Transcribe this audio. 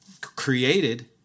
created